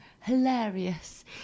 hilarious